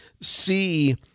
see –